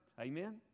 Amen